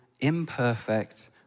imperfect